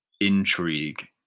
intrigue